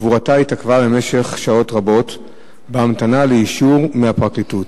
קבורתה התעכבה במשך שעות רבות בהמתנה לאישור מהפרקליטות,